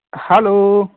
hello